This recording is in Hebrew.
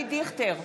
אבי דיכטר,